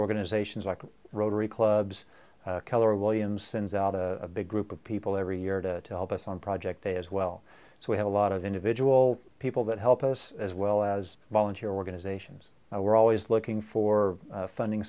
organizations like rotary clubs keller williams sends out a big group of people every year to help us on project day as well so we have a lot of individual people that help us as well as volunteer organizations and we're always looking for funding